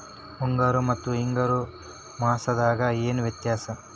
ಮುಂಗಾರು ಮತ್ತ ಹಿಂಗಾರು ಮಾಸದಾಗ ಏನ್ ವ್ಯತ್ಯಾಸ?